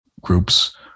groups